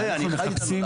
אני חי את הנולד.